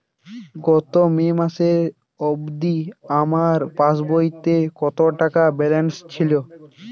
গত মে মাস অবধি আমার পাসবইতে কত টাকা ব্যালেন্স ছিল?